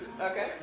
Okay